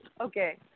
okay